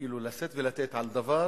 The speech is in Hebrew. כאילו לשאת ולתת על דבר